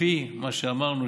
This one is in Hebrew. לפי מה שאמרנו,